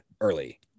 early